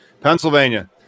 Pennsylvania